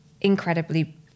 Incredibly